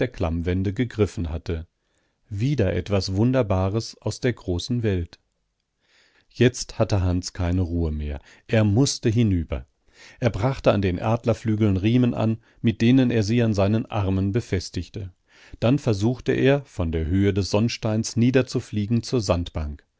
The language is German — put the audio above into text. klammwände gegriffen hatte wieder etwas wunderbares aus der großen welt jetzt hatte hans keine ruhe mehr er mußte hinüber er brachte an den adlerflügeln riemen an mit denen er sie an seinen armen befestigte dann versuchte er von der höhe des sonnsteins niederzufliegen zur sandbank